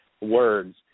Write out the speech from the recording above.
words